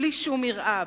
בלי שום יראה,